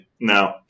no